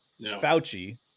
fauci